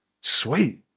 Sweet